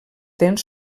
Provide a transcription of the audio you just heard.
dents